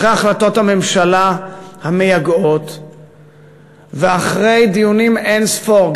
אחרי החלטות הממשלה המייגעות ואחרי דיונים אין-ספור,